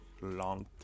long